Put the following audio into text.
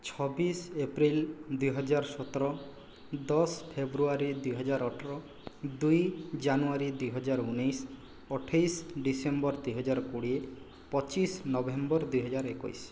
ଛବିଶ ଏପ୍ରିଲ ଦୁଇ ହଜାର ସତର ଦଶ ଫେବୃଆରୀ ଦୁଇ ହଜାର ଅଠର ଦୁଇ ଜାନୁଆରୀ ଦୁଇ ହଜାର ଉଣେଇଶ ଅଠେଇଶ ଡିସେମ୍ବର ଦୁଇ ହଜାର କୋଡ଼ିଏ ପଚିଶ ନଭେମ୍ବର ଦୁଇ ହଜାର ଏକୋଇଶ